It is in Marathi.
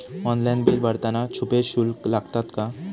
ऑनलाइन बिल भरताना छुपे शुल्क लागतात का?